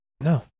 No